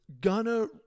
gonna-